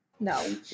No